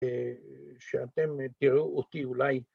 ‫שאתם תראו אותי אולי.